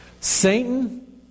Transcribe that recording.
Satan